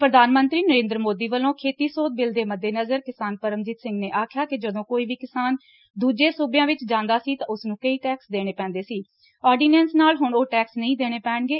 ਪੁਧਾਨ ਮੰਤਰੀ ਨਰੋਂਦਰ ਸੋਦੀ ਵਲੋਂ ਖੇਤੀ ਸੋਧ ਬਿਲ ਦੇ ਮੱਦੇਨਜਰ ਕਿਸਾਨ ਪਰਮਜੀਤ ਸਿੰਘ ਨੇ ਆਕਿਆ ਕਿ ਜਦੋ ਕੋਈ ਵੀ ਕਿਸਾਨ ਦੂਜੇ ਸੁਬਿਆ ਵਿੱਚ ਜਾਂਦਾ ਸੀ ਤਾਂ ਉਸ ਨੂੰ ਕਈ ਟੈਕਸ ਦੇਣੇ ਪੈਂਦੇ ਸੀ ਆਰਡੀਨੈਂਸ ਨਾਲ ਹੁਣ ਤੱਕ ਉਹ ਟੈਕਸ ਨਹੀ ਦੇਣੇ ਪੈਣਗੇ